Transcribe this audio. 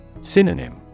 Synonym